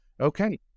okay